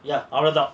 ya or adult